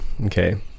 okay